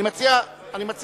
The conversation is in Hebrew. אני מציע לך,